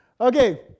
okay